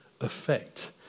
effect